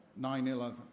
9-11